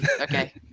Okay